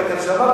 לא היית כשאמרתי,